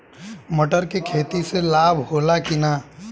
मटर के खेती से लाभ होला कि न?